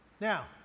Now